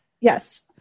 Yes